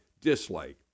dislike